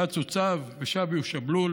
בץ הוא צב ושבי הוא שבלול,